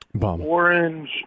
orange